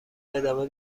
ادامه